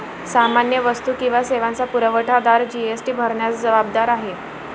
सामान्य वस्तू किंवा सेवांचा पुरवठादार जी.एस.टी भरण्यास जबाबदार आहे